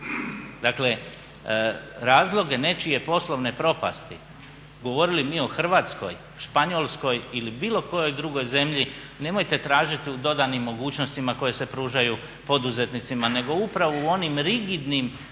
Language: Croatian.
Dakle, razloge nečije poslovne propasti govorili mi o Hrvatskoj, Španjolskoj ili bilo kojoj drugoj zemlji nemojte tražiti u dodanim mogućnostima koje se pružaju poduzetnicima nego upravo onim rigidnim modelima